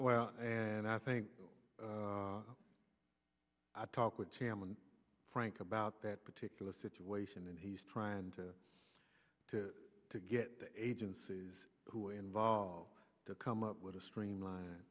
well and i think i talk with chairman frank about that particular situation and he's trying to to to get the agencies who are involved to come up with a streamline